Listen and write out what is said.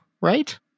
right